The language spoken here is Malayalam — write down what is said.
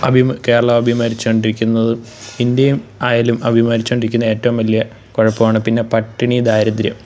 കേരളം അഭിമുഖീകരിച്ചു കൊണ്ടിരിക്കുന്നത് ഇന്ത്യയും ആയാലും അഭിമുഖീകരിച്ചു കൊണ്ടിരിക്കുന്നത് ഏറ്റവും വലിയ കുഴപ്പമാണ് പിന്നെ പട്ടിണി ദാരിദ്ര്യം